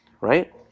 right